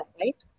right